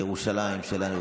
וירושלים שלנו,